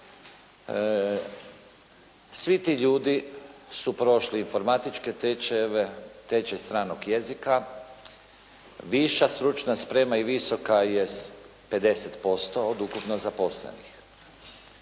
svi ti ljudi su prošli informatičke tečajeve, tečaj stranog jezika. Viša stručna sprema i visoka je 50% od ukupno zaposlenih.